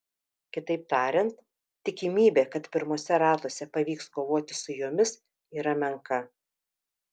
kitaip tariant tikimybė kad pirmuose ratuose pavyks kovoti su jomis yra menka